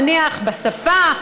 נניח בשפה,